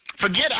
Forget